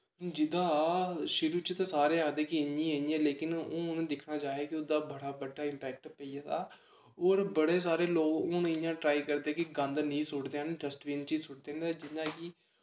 जेह्दा शुरू च सारे आखदे कि इ'यां इ'यां लेकिन हून दिक्खना जाए ते ओह्दा बड़ा बड्डा इम्पेक्ट पेई गेदा होर बड़े सारे लोग हून इ'यां ट्राई करदे कि गंद नेईं सुटदे हैन डस्टबिन च ई सुट्टदे न जि'यां कि